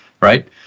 right